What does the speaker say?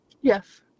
Yes